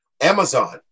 Amazon